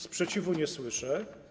Sprzeciwu nie słyszę.